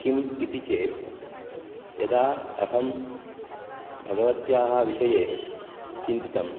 किम् इति चेत् यदा अहं भगवत्याः विषये चिन्तितं